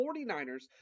49ERS